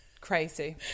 crazy